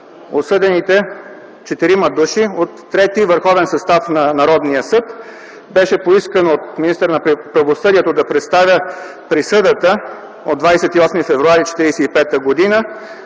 осъдените четирима души от ІІІ Върховен състав на Народния съд. Беше поискано от министъра на правосъдието да представи присъдата от 28 февруари 1945 г.